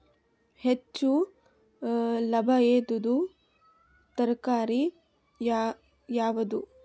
ಹೆಚ್ಚು ಲಾಭಾಯಿದುದು ತರಕಾರಿ ಯಾವಾದು?